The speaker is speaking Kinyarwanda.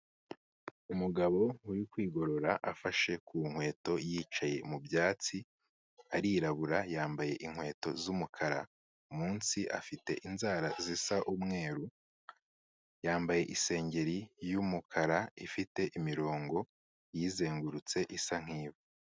Umugabo uri kwigorora afashe ku nkweto, yicaye mu byatsi, arirabura, yambaye inkweto z'umukara. Munsi afite inzara zisa umweru, yambaye isengeri y'umukara ifite imirongo iyizengurutse isa nk'ivu.